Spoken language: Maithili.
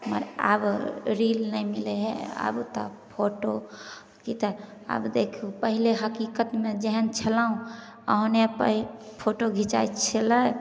मगर आब रील नहि मिलै हइ आब तऽ फोटो की तऽ आब तऽ पहले हकीकतमे जेहेन छेलौँ ओहने पहि फोटो घिचाइ छेलै